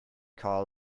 call